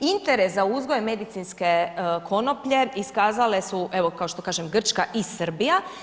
Interes za uzgoj medicinske konoplje, iskazale su, evo kao što kažem Grčka i Srbija.